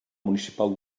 municipal